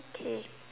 okay